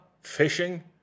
fishing